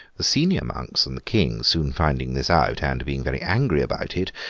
the senior monks and the king soon finding this out, and being very angry about it,